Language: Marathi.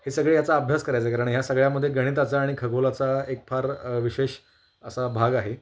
हे सगळे याचा अभ्यास करायचे कारण ह्या सगळ्यामध्ये गणिताचा आणि खगोलाचा एक फार विशेष असा भाग आहे